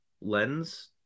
lens